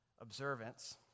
observance